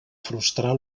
frustrar